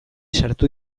sartu